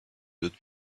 would